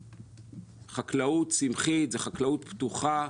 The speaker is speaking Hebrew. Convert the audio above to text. חקלאות צמחית היא חקלאות פתוחה.